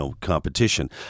competition